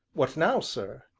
what now, sir?